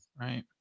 Right